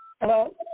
Hello